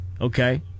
Okay